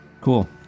Cool